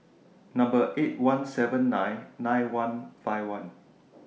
Number eight one seven nine nine one five one